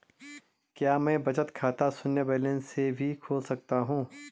क्या मैं बचत खाता शून्य बैलेंस से भी खोल सकता हूँ?